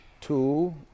two